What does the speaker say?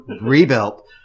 rebuilt